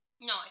No